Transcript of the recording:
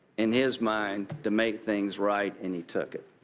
in his mind to make things right and he took it.